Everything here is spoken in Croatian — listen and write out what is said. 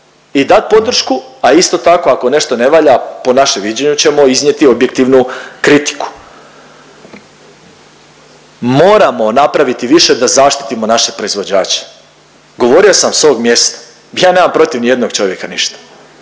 i dat podršku, a isto tako ako nešto ne valja po našem viđenju ćemo iznijeti objektivnu kritiku. Moramo napraviti više da zaštitimo naše proizvođače. Govorio sam s ovog mjesta ja nemam protiv ni jednog čovjeka ništa,